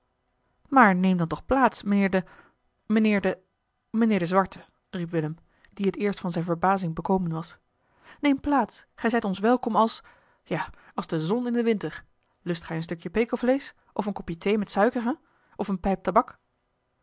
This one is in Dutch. maar neem dan toch plaats mijnheer de mijnheer de zwarte riep willem die het eerst van zijne verbazing bekomen was neem plaats gij zijt ons welkom als ja als de zon in den winter lust gij een stukje pekelvleesch of een kopje thee met suiker hè of eene pijp tabak